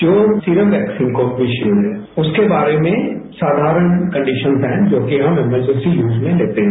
जो serum vaccine composition है उसके बारे में सापारण कंडीशन्त है जो कि हम एमरजेसी यूज में लेते हैं